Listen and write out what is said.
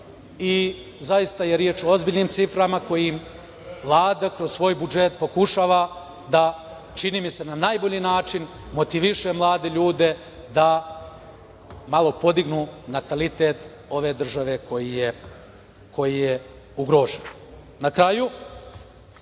i zaista je reč o ozbiljnim ciframa kojim Vlada kroz svoj budžet pokušava da, čini mi se, na najbolji način motiviše mlade ljude da malo podignu natalitet ove države, koji je ugrožen. Na kraju,